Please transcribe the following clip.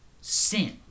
Sin